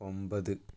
ഒമ്പത്